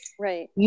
right